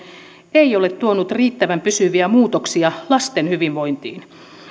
ei ole tuonut riittävän pysyviä muutoksia lasten hyvinvointiin